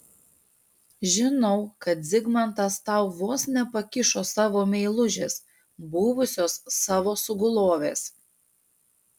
žinau kad zigmantas tau vos nepakišo savo meilužės buvusios savo sugulovės